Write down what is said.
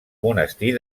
monestir